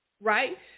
Right